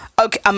okay